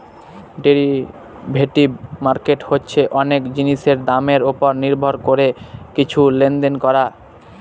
derivative market হচ্ছে অনেক জিনিসের দামের ওপর নির্ভর করে কিছু লেনদেন করা